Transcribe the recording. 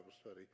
study